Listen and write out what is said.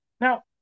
Now